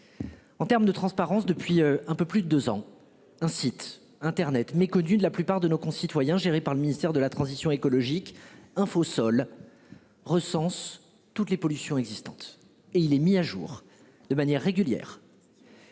je vous rappelle que, depuis un peu plus de deux ans, un site internet, InfoSols, certes méconnu de la plupart de nos concitoyens, géré par le ministère de la transition écologique, recense toutes les pollutions existantes. Et il est mis à jour de manière régulière.